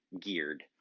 geared